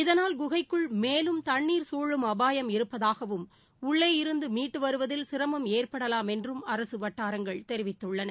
இதனால் குகைக்குள் மேலும் தண்ணீர் குழும் அபாயம் இருப்பதாகவும் உள்ளே இருந்து மீட்டு வருவதில் சிரமம் ஏற்படலாம் என்றும் அரசு வட்டாரங்கள் தெரிவித்துள்ளன